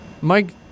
Mike